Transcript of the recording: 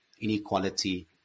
inequality